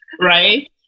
right